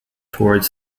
towards